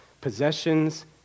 possessions